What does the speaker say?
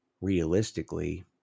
realistically